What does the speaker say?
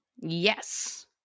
Yes